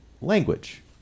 language